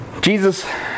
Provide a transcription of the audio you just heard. Jesus